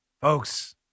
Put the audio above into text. Folks